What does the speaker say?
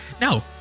no